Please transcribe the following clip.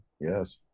Yes